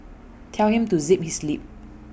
tell him to zip his lip